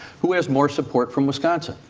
who has more support from wisconsin?